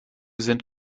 sind